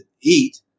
eat